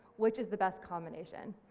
which is the best combination.